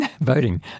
voting